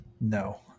No